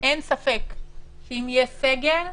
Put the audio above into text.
שאם יהיה סגר,